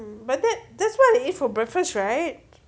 but that that's what I eat for breakfast right